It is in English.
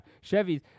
Chevy's